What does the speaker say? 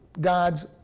God's